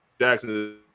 Jackson